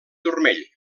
turmell